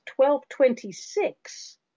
1226